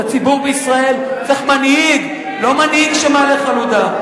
הציבור בישראל צריך מנהיג, לא מנהיג שמעלה חלודה.